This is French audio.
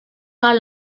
pas